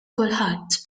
kulħadd